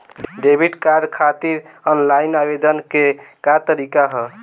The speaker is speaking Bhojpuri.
डेबिट कार्ड खातिर आन लाइन आवेदन के का तरीकि ह?